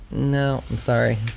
no, i'm sorry.